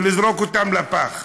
ולזרוק אותן לפח.